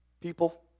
people